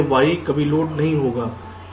यह Y कभी load नहीं होगा